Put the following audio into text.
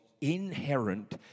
inherent